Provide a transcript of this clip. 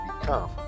become